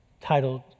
titled